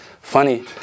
funny